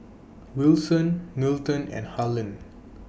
Wilson Milton and Harland